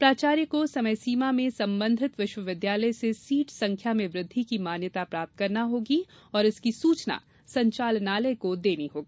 प्रार्चाय को समयसीमा में संबंधित विश्वविद्यालय से सीट संख्या में वृद्धि की मान्यता प्राप्त करना होगी और इसकी सूचना संचालनालय को देनी होगी